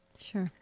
Sure